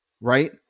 right